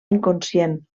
inconscient